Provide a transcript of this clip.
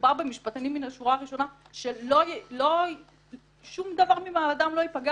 מדובר במשפטנים מן השורה הראשונה ששום דבר ממעמדם לא ייפגע,